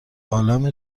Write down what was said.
عالم